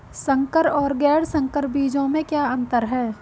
संकर और गैर संकर बीजों में क्या अंतर है?